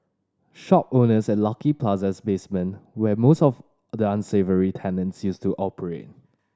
shop owners at Lucky Plaza's basement where most of the unsavoury tenants used to operate